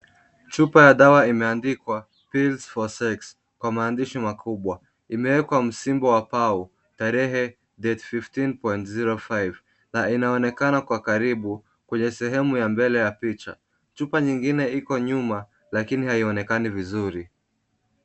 Chupa ya dawa imeandikwa Pills for sex kwa maandishi makubwa. Imewekwa msimbo wa pao, tarehe, date 15.05, na inaonekana kwa karibu kwenye sehemu ya mbele ya picha. Chupa nyingine iko nyuma lakini haionekani vizuri.